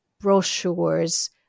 brochures